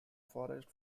forest